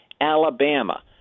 Alabama